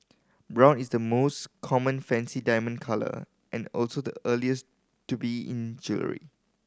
brown is the most common fancy diamond colour and also the earliest to be in jewellery